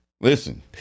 Listen